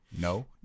no